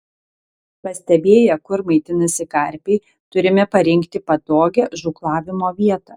pastebėję kur maitinasi karpiai turime parinkti patogią žūklavimo vietą